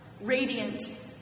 radiant